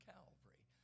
Calvary